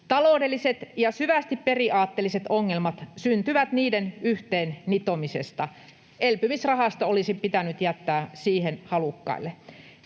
Taloudelliset ja syvästi periaatteelliset ongelmat syntyvät niiden yhteen nitomisesta. Elpymisrahasto olisi pitänyt jättää siihen halukkaille.